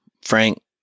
Frank